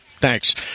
Thanks